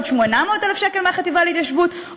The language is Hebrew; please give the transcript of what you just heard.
עוד 800,000 שקל מהחטיבה להתיישבות.